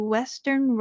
Western